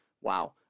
Wow